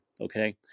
Okay